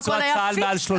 אני פצוע צה"ל מעל 30 שנה.